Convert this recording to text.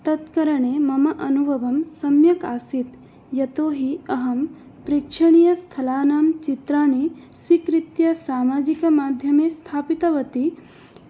तत्करणे मम अनुभवं सम्यक् आसीत् यतो हि अहं प्रेच्छनीयस्थलानां चित्रानि स्वीकृत्य सामाजिकमाध्यमे स्थापितवती